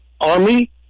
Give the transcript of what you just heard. army